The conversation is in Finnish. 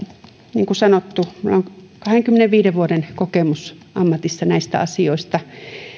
niin kuin sanottu minulla on kahdenkymmenenviiden vuoden kokemus ammatissa näistä asioista